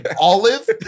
Olive